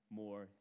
more